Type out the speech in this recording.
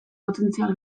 potentzial